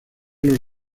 los